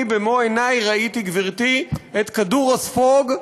אני במו עיני ראיתי, גברתי, את כדור הספוג,